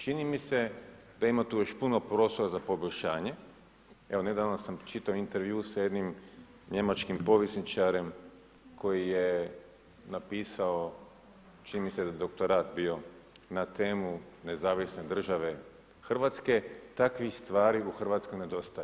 Čini mi se da ima tu još puno prostora za poboljšanje, evo nedavno sam čitao intervju sa jednim njemačkim povjesničarem koji je napisao čini mi se da je doktorat bio na temu Nezavisne državne Hrvatske, takvih stvari u Hrvatskoj nedostaje.